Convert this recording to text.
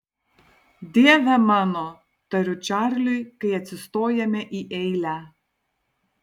dieve mano tariu čarliui kai atsistojame į eilę